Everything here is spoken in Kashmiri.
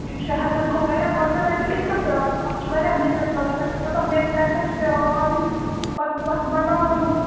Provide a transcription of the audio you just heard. شےٚ ہَتھ حظ گوٚو واریاہ پنٛژاہ رۄپیہِ کِتھ کٔن ترٛاوٕ بہٕ اَتھ چھِ واریاہ محنت لَگان تۄہہِ چھُ پَتَہ میٚژ کَتہِ پٮ۪ٹھ چھِ پٮ۪وان آنٕنۍ پَتہٕ بَناوُن